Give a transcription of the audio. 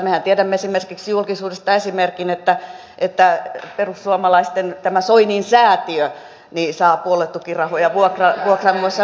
mehän tiedämme julkisuudesta esimerkin että perussuomalaisten tämä soinin säätiö saa puoluetukirahoja vuokran muodossa ja muuta